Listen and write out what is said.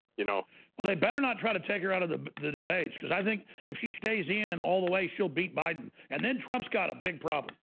you know well they better not try to take her out of the but the debates cuz i think if she stays in all the way she'll beat biden and then trump's got a big problem